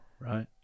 Right